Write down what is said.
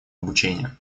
обучения